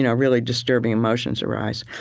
you know really disturbing emotions arise.